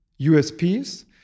USPs